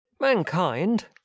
Mankind